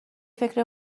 فکر